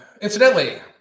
incidentally